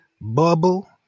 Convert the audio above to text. bubble